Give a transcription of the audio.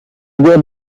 بخای